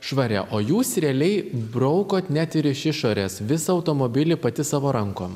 švaria o jūs realiai braukot net ir iš išorės visą automobilį pati savo rankom